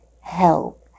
help